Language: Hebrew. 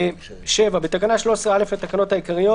7. בתקנה 13(א) לתקנות העיקריות